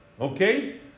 Okay